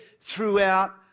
throughout